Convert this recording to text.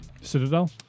Citadel